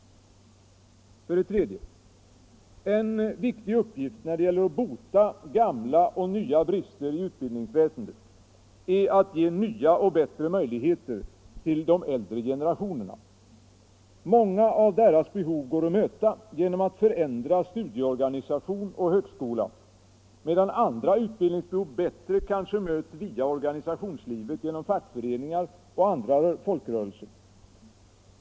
3. En viktig uppgift, när det gäller att bota gamla och nya brister i utbildningsväsendet, är att ge nya och bättre möjligheter till de äldre generationerna. Många av deras behov går att möta genom att förändra studieorganisation och högskola, medan andra utbildningsbehov bättre kanske möts via organisationslivet, genom fackföreningar och andra folkrörelser.